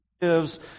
gives